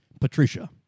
Patricia